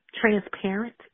transparent